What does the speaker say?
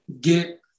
get